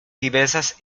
diversas